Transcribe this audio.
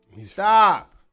Stop